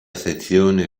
sezione